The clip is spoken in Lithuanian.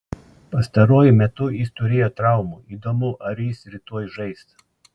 pastaruoju metu jis turėjo traumų įdomu ar jis rytoj žais